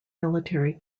military